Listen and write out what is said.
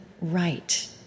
right